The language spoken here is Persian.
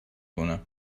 کنم